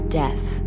death